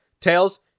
Tails